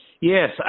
Yes